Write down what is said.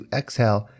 exhale